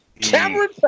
Cameron